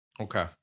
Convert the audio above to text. okay